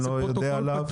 אני לא יודע עליו.